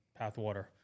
Pathwater